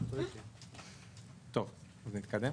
אז נתקדם.